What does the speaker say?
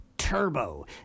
Turbo